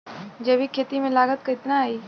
जैविक खेती में लागत कितना आई?